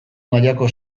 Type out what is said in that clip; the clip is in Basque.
mailako